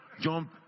jump